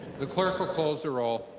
the clerk will close the roll.